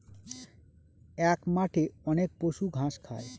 এক মাঠে অনেক পশু ঘাস খায়